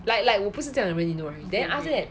like like 我不是这样的人 you know right okay then after that